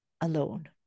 alone